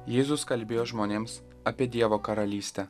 jėzus kalbėjo žmonėms apie dievo karalystę